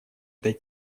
этой